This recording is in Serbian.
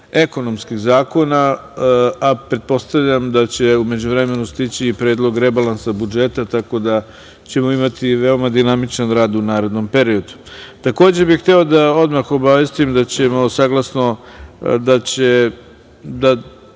ekonomskih zakona, a pretpostavljam da će u međuvremenu stići i Predlog rebalansa budžeta, tako da ćemo imati veoma dinamičan rad u narednom periodu. Takođe bih hteo odmah da obavestim da ćemo saglasno članu 27.